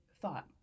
thought